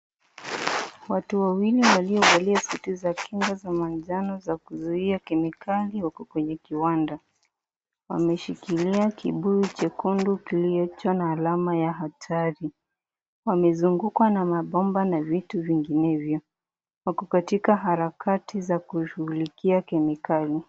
Watu wawili waliovalia suti za kinga za manjano za kuzuia kemikali wako kwenye kiwanda, wameshikilia kibuyu chekundu kiliyocho na alama ya hatari, wamezungukwa na mabomba na vitu vinginevyo, wako katika harakati za kushughulikia kemikali.